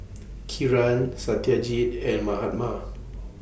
Kiran Satyajit and Mahatma